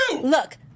Look